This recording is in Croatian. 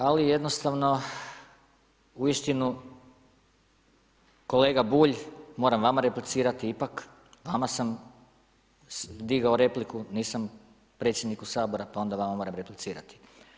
Ali jednostavno uistinu kolega Bulj moram vama replicirati ipak, vama sam digao repliku nisam predsjedniku Sabora, pa onda vama moram replicirati.